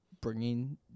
bringing